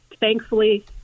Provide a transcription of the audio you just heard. Thankfully